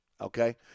okay